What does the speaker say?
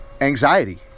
Anxiety